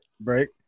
Break